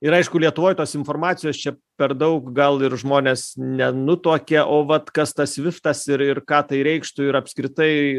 ir aišku lietuvoj tos informacijos čia per daug gal ir žmonės nenutuokia o vat kas tas sviftas ir ir ką tai reikštų ir apskritai